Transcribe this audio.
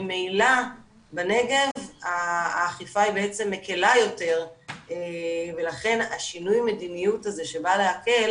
ממילא בנגב האכיפה היא בעצם מקלה יותר ולכן השינוי מדיניות הזה שבא להקל